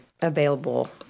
available